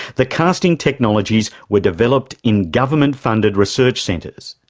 the casting technologies were developed in government-funded research centres.